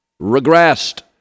regressed